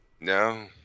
No